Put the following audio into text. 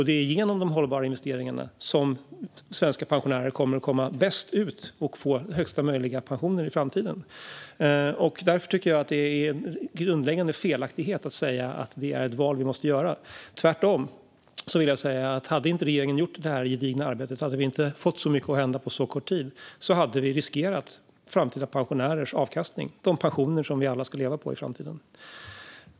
Det är genom de hållbara investeringarna som svenska pensionärer kommer att komma bäst ut och få högsta möjliga pensioner i framtiden. Jag tycker därför att det är en grundläggande felaktighet att säga att detta är ett val vi måste göra. Jag vill tvärtom säga att om regeringen inte hade gjort detta gedigna arbete och fått så mycket att hända på så kort tid hade vi riskerat framtida pensionärers avkastning - de pensioner som vi alla ska leva på i framtiden.